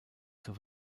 zur